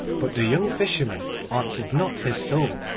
but the young fisherman answered not his soul,